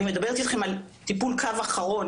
אני מדברת איתכם על טיפול קו אחרון.